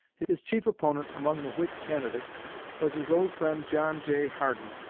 his chief opponent among the whig candidates was his old friend john j. hardin,